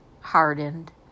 hardened